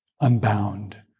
unbound